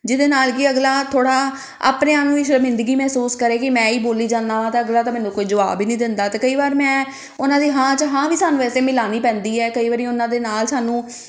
ਜਿਹਦੇ ਨਾਲ ਕਿ ਅਗਲਾ ਥੋੜ੍ਹਾ ਆਪਣੇ ਆਪ ਨੂੰ ਹੀ ਸ਼ਰਮਿੰਦਗੀ ਮਹਿਸੂਸ ਕਰੇ ਕਿ ਮੈਂ ਹੀ ਬੋਲੀ ਜਾਂਦਾ ਵਾ ਤਾਂ ਅਗਲਾ ਤਾਂ ਮੈਨੂੰ ਕੋਈ ਜਵਾਬ ਹੀ ਨਹੀਂ ਦਿੰਦਾ ਅਤੇ ਕਈ ਵਾਰ ਮੈਂ ਉਹਨਾਂ ਦੀ ਹਾਂ 'ਚ ਹਾਂ ਵੀ ਸਾਨੂੰ ਵੈਸੇ ਮਿਲਾਉਣੀ ਪੈਂਦੀ ਹੈ ਕਈ ਵਾਰੀ ਉਹਨਾਂ ਦੇ ਨਾਲ ਸਾਨੂੰ